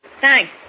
Thanks